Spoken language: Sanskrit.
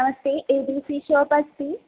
नमस्ते ए बि सी शाप् अस्ति